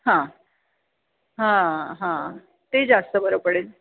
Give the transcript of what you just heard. हां हां हां ते जास्त बरं पडेल